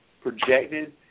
projected